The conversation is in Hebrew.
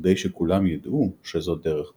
וכדי שכלם ידעו שזאת דרך פרטית,